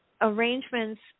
arrangements